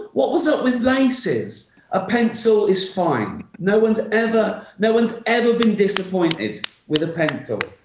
what was up with laces? a pencil is fine. no one's ever no one's ever been disappointed with a pencil.